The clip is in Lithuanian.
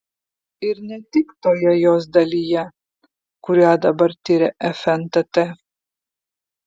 ir ne tik toje jos dalyje kurią dabar tiria fntt